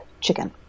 chicken